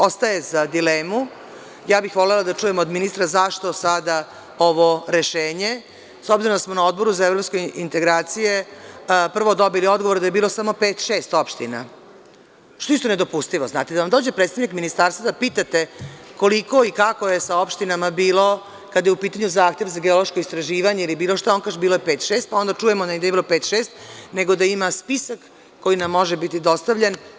Ostaje za dilemu, ja bih volela da čujem od ministra zašto sada ovo rešenje, s obzirom da smo na Odboru za evropske integracije prvo dobili odgovor da je bilo samo pet-šest opština, što je isto nedopustivo, znate, da vam dođe predstavnik, pa da pitate koliko i kako je sa opštinama bilo, kada je u pitanju zahtev za geološko istraživanje ili bilo šta, on kaže – bilo je pet-šest, a onda čujemo da nije bilo pet-šest, nego da ima spisak koji nam može biti dostavljen.